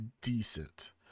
decent